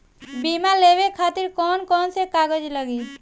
बीमा लेवे खातिर कौन कौन से कागज लगी?